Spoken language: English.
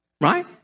right